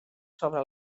sobre